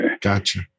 Gotcha